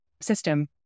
system